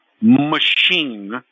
machine